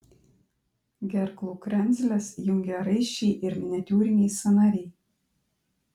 gerklų kremzles jungia raiščiai ir miniatiūriniai sąnariai